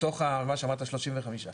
מתוך מה שאמרת 35,